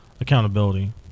Accountability